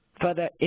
Further